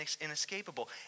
inescapable